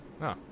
No